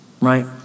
right